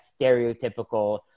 stereotypical